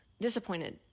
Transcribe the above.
disappointed